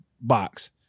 box